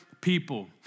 people